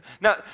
Now